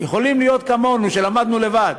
יכולים להיות כמונו שלמדנו לבד,